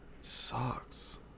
sucks